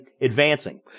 advancing